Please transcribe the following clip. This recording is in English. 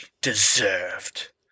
deserved